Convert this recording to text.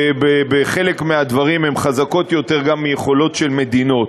שבחלק מהדברים היכולות שלהן חזקות יותר גם מיכולות של מדינות: